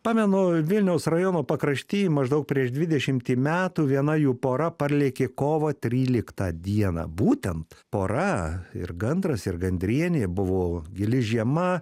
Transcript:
pamenu vilniaus rajono pakrašty maždaug prieš dvidešimtį metų viena jų pora parlėkė kovo trylikta dieną būtent pora ir gandras ir gandrienė buvo gili žiema